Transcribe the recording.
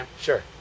Sure